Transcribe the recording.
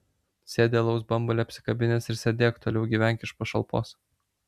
sėdi alaus bambalį apsikabinęs ir sėdėk toliau gyvenk iš pašalpos